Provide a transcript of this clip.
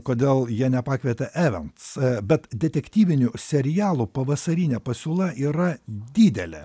kodėl jie nepakvietė evanc bet detektyvinių serialų pavasarinė pasiūla yra didelė